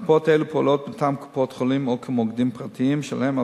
מרפאות אלו פועלות מטעם קופות-החולים או כמוקדים פרטיים שלהם,